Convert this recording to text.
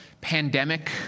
pandemic